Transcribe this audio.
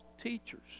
teachers